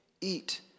eat